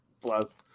Plus